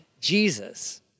Jesus